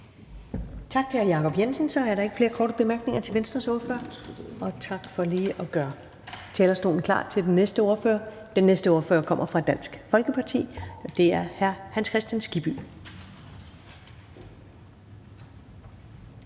Tak til hr. Jacob Jensen. Så er der ikke flere korte bemærkninger til Venstres ordfører. Og tak for lige at gøre talerstolen klar til den næste ordfører. Den næste ordfører kommer fra Dansk Folkeparti, og det er hr. Hans Kristian Skibby.